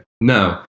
No